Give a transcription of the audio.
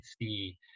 see